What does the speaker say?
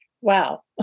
Wow